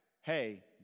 hey